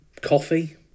coffee